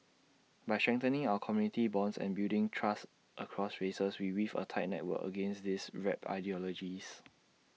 by strengthening our community bonds and building trust across races we weave A tight network against these warped ideologies